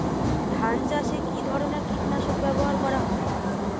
ধান চাষে কী ধরনের কীট নাশক ব্যাবহার করা হয়?